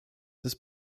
ist